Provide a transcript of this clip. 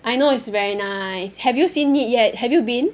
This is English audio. I know it's very nice have you seen it yet have you been